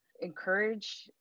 encourage